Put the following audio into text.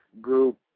group